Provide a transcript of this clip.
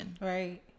right